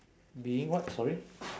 being what sorry